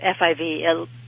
FIV